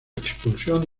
expulsión